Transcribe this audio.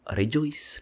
rejoice